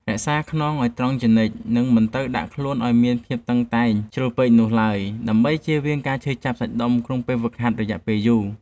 រក្សាខ្នងឱ្យត្រង់ជានិច្ច និងមិនត្រូវដាក់ខ្លួនឱ្យមានភាពតឹងតែងជ្រុលពេកនោះឡើយដើម្បីចៀសវាងការឈឺចាប់សាច់ដុំក្នុងពេលហ្វឹកហាត់រយៈពេលយូរ។